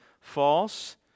false